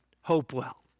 Hopewell